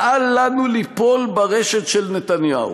"אל לנו ליפול ברשת של נתניהו.